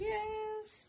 Yes